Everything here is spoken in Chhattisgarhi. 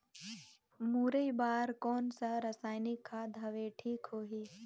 मुरई बार कोन सा रसायनिक खाद हवे ठीक होही?